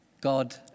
God